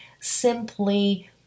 simply